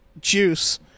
juice